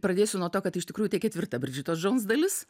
pradėsiu nuo to kad iš tikrųjų tai ketvirta bridžitos džouns dalis